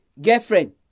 girlfriend